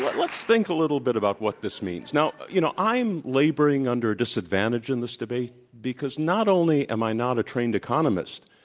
let's think a little bit about what this means. now, you know, i'm laboring under a disadvantage in this debate because not only am i not a trained economist,